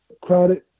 crowded